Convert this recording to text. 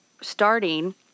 starting